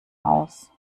aus